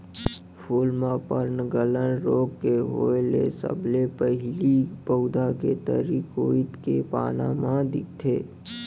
फूल म पर्नगलन रोग के होय ले सबले पहिली पउधा के तरी कोइत के पाना म दिखथे